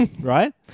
right